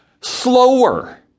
slower